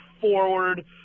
forward